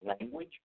language